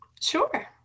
Sure